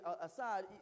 aside